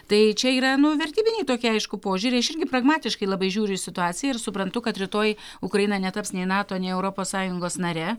tai čia yra nu vertybiniai tokie aišku požiūriai aš irgi pragmatiškai labai žiūriu į situaciją ir suprantu kad rytoj ukraina netaps nei nato nei europos sąjungos nare